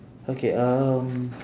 okay um